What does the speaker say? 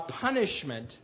punishment